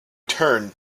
turned